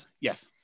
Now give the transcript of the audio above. Yes